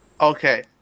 Okay